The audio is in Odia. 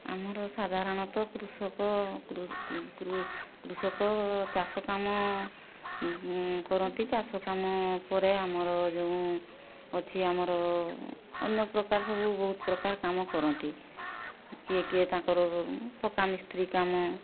ଆମର ସାଧାରଣତଃ କୃଷକ କୃଷକ ଚାଷ କାମ କରନ୍ତି ଚାଷ କାମ ପରେ ଆମର ଯେଉଁ ଅଛି ଆମର ଅନ୍ୟ ପ୍ରକାର ସବୁ ବହୁତ ପ୍ରକାର କାମ କରନ୍ତି କିଏ କିଏ ତାଙ୍କର ପକ୍କା ମିସ୍ତ୍ରୀ କାମ